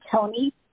Tony